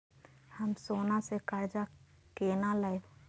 हम सोना से कर्जा केना लैब?